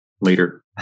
later